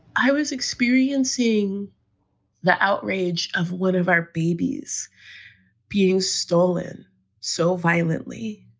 i was experiencing the outrage of one of our babies being stolen so violently.